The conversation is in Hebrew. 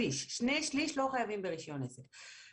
שני שליש לא חייבים ברישיון עסק.